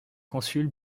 consul